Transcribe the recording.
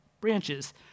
branches